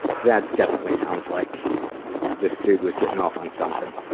that definitely sounds like this dude was gettin' off on something.